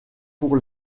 pour